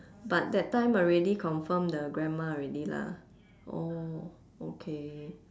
but that time already confirm the grandma already lah oh okay